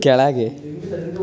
ಕೆಳಗೆ